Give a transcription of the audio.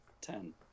ten